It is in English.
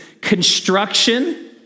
Construction